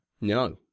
No